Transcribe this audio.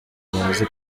bazi